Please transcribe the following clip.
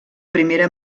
primera